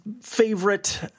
favorite